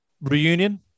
reunion